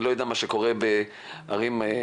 אני לא יודע מה קורה בערים אחרות.